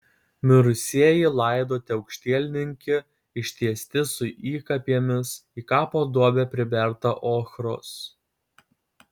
mirusieji laidoti aukštielninki ištiesti su įkapėmis į kapo duobę priberta ochros